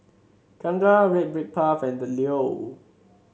Kangkar Red Brick Path and The Leo